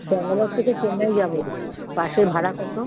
ব্যাঙ্গালোর থেকে চেন্নাই যাবো বাসের ভাড়া কতো